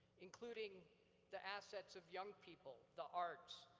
including the assets of young people, the arts,